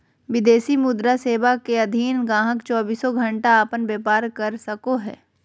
विदेशी मुद्रा सेवा के अधीन गाहक़ चौबीसों घण्टा अपन व्यापार कर सको हय